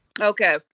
Okay